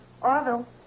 Orville